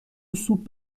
سوپ